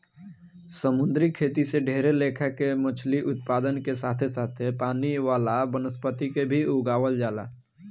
समुंद्री खेती से ढेरे लेखा के मछली उत्पादन के साथे साथे पानी वाला वनस्पति के भी उगावल जाला